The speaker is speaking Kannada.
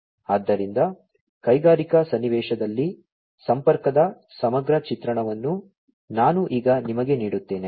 ಆದ್ದರಿಂದ ಕೈಗಾರಿಕಾ ಸನ್ನಿವೇಶದಲ್ಲಿ ಸಂಪರ್ಕದ ಸಮಗ್ರ ಚಿತ್ರಣವನ್ನು ನಾನು ಈಗ ನಿಮಗೆ ನೀಡುತ್ತೇನೆ